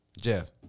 Jeff